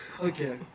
Okay